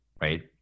right